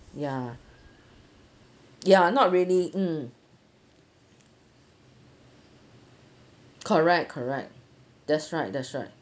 ya ya not really mm correct correct that's right that's right